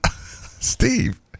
Steve